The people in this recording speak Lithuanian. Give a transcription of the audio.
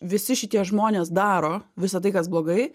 visi šitie žmonės daro visa tai kas blogai